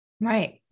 Right